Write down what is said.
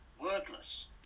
wordless